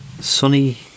sunny